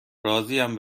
راضیم